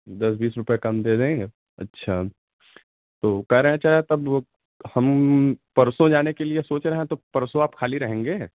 दस बीस रुपये कम दे देंगे अच्छा तो कह रहे हैं जब तब हम परसों जाने के लिए सोच रहे हैं तो परसों आप खाली रहेंगे